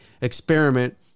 experiment